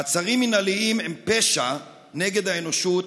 מעצרים מינהליים הם פשע נגד האנושות,